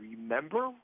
remember